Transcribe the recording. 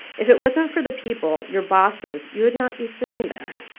if it wasn't for the people, your bosses, you would not be sitting there.